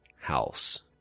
house